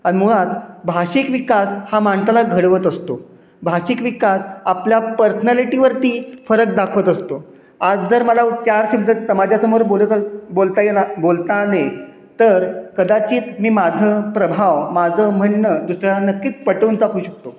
आणि मुळात भाषिक विकास हा माणसाला घडवत असतो भाषिक विकास आपला पर्सनॅलिटीवरती फरक दाखवत असतो आज जर मला चार शब्द समाजासमोर बोलत बोलता येणार बोलता आले तर कदाचित मी माझं प्रभाव माझं म्हणणं दुसऱ्या नक्कीच पटवून टाकू शकतो